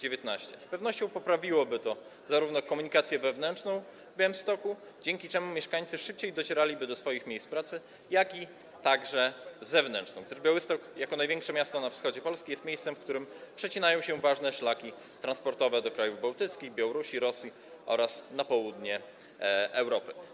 Z pewnością poprawiłoby to zarówno komunikację wewnętrzną w Białymstoku, dzięki czemu mieszkańcy szybciej docieraliby do swoich miejsc pracy, jak i komunikację zewnętrzną, gdyż Białystok jako największe miasto na wschodzie Polski jest miejscem, w którym przecinają się ważne szlaki transportowe do krajów bałtyckich, Białorusi, Rosji oraz na południe Europy.